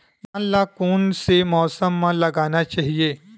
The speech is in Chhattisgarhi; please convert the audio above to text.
धान ल कोन से मौसम म लगाना चहिए?